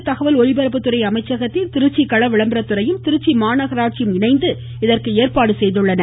மத்திய தகவல் ஒலிபரப்புத்துறை அமைச்சகத்தின் திருச்சி கள விளம்பரத்துறையும் திருச்சி மாநகராட்சியும் இணைந்து இதற்கு ஏற்பாடு செய்துள்ளன